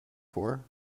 for